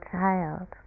child